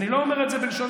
אני לא אומר את זה בלשון,